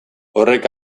horrek